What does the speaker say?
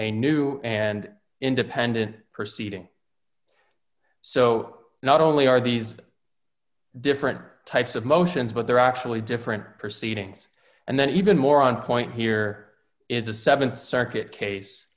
a new and independent perceiving so not only are these different types of motions but they're actually different for seedings and then even more on point here is a th circuit case